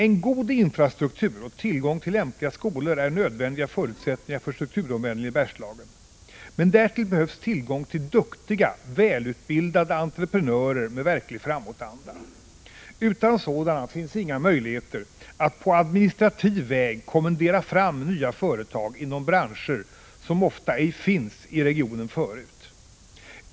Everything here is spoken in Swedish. En god infrastruktur och tillgång till lämpliga skolor är nödvändiga förutsättningar för strukturomvandlingen i Bergslagen — men därtill behövs tillgång till duktiga, välutbildade entreprenörer med verklig framåtanda. Utan sådana finns inga möjligheter att på administrativ väg kommendera fram nya företag inom branscher som ofta ej finns i regionen förut.